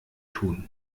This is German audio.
tun